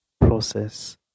process